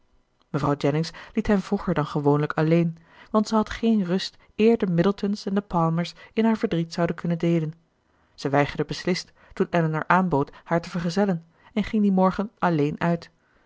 mevrouw jennings liet hen vroeger dan gewoonlijk alleen want zij had geen rust eer de middletons en de palmers in haar verdriet zouden kunnen deelen zij weigerde beslist toen elinor aanbood haar te vergezellen en ging dien morgen alleen uit